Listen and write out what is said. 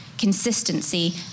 consistency